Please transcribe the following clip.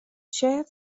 شاید